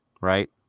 right